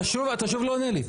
אתה שוב לא עונה לי.